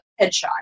headshot